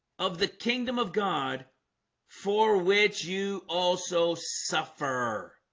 of the kingdom of god for which you also suffer